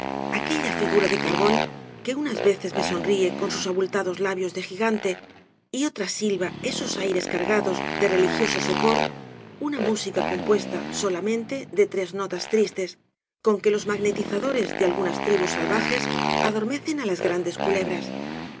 aquella figura de carbón que unas veces me sonríe con sus abultados labios de gigante y otras silba esos aires cargados de religioso sopor una música compuesta solamente de tres notas tristes con que los magnetizadores de algunas tribus salvajes adormecen á las grandes culebras